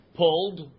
pulled